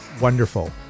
Wonderful